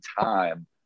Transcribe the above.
time